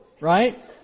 right